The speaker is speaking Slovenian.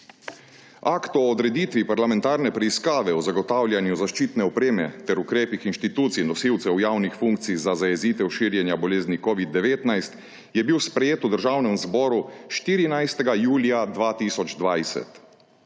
Akt o odreditvi parlamentarne preiskave o zagotavljanju zaščitne opreme ter ukrepih inštitucij nosilcev javnih funkcij za zajezitev širjenja bolezni covid-19 je bil sprejet v Državnem zboru 14. julija 2020.